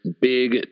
big